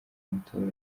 matora